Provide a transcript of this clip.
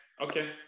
Okay